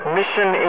mission